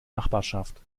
nachbarschaft